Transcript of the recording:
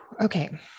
Okay